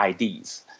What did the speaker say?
IDs